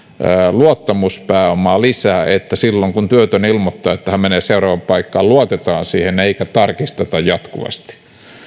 luottamuspääomaa lisää että silloin kun työtön ilmoittaa että hän menee seuraavaan paikkaan luotetaan siihen eikä tarkisteta jatkuvasti